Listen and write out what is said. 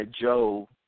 Joe